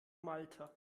malta